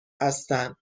هستند